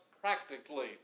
practically